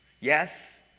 Yes